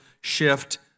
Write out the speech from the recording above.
Shift